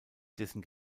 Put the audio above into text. dessen